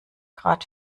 grad